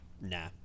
Nah